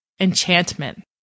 Enchantment